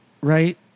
Right